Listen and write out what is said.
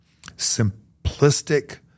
simplistic